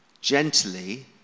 gently